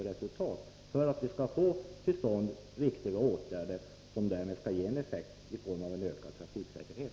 Överläggningarna är viktiga för att vi skall få till stånd riktiga åtgärder, som kan ge effekt i form av ökad trafiksäkerhet.